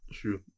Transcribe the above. true